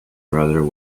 brother